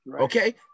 Okay